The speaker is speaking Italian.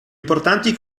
importanti